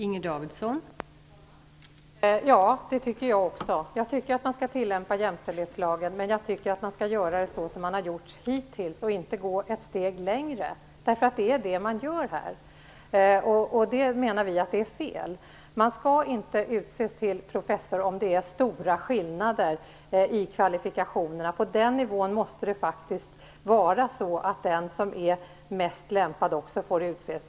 Fru talman! Det tycker jag också. Jag tycker att man skall tillämpa jämställdhetslagen, men jag tycker att man skall göra det så som man har gjort hittills och inte gå ett steg längre. Det är det man gör. Vi menar att det är fel. Man skall inte utse någon till professor om det är stora skillnader i kvalifikationerna. På den nivån måste det faktisk vara så, att den som är mest lämpad också får utses.